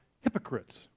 hypocrites